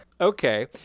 Okay